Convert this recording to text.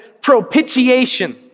propitiation